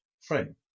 frame